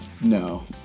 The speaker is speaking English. no